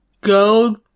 go